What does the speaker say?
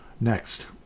next